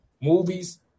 movies